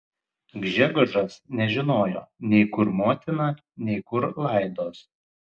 gžegožas nežinojo nei kur motina nei kur laidos